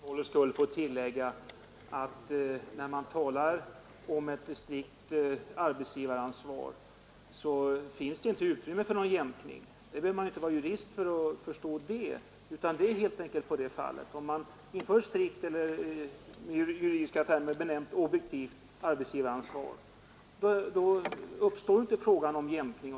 Herr talman! Jag måste för protokollets skull få tillägga att det vid ett strikt arbetsgivaransvar inte finns utrymme för någon jämkning. Det behöver man inte vara jurist för att förstå. Om man inför ett strikt eller — med den juridiska termen — objektivt arbetsgivaransvar uppstår inte frågan om jämkning.